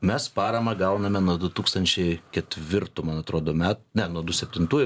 mes paramą gauname nuo du tūkstančiai ketvirtų man atrodo me ne nuo du septintų